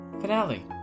finale